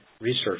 research